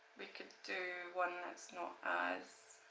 we could do one that's not as